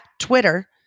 Twitter